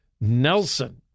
Nelson